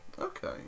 Okay